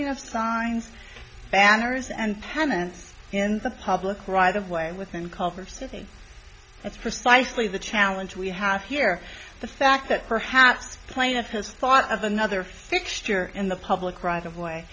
of signs banners and tenants in the public right of way within culver city that's precisely the challenge we have here the fact that perhaps plaintiff has thought of another fixture in the public right of way